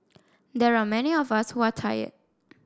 there are many of us who are tired